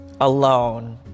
alone